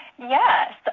Yes